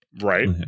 right